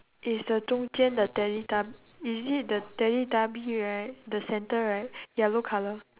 is the 中间：zhong jian the teletub~ is it the teletubbies right the center right yellow colour